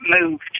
moved